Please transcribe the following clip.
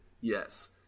Yes